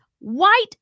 White